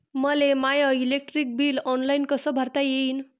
मले माय electric bill online कस भरता येईन?